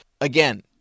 again